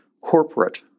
corporate